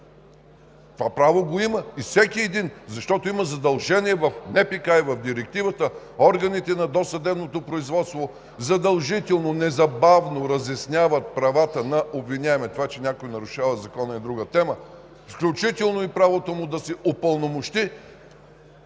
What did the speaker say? Това право го има. И всеки един, защото има задължение в НПК и в Директивата, органите на досъдебното производство задължително, незабавно разясняват правата на обвиняемия. Това, че някой нарушава закона, е друга тема. Включително и правото му да си упълномощи